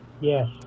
Yes